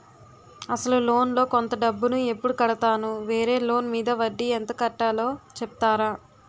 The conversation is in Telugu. అసలు లోన్ లో కొంత డబ్బు ను ఎప్పుడు కడతాను? వేరే లోన్ మీద వడ్డీ ఎంత కట్తలో చెప్తారా?